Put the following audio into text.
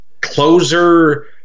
closer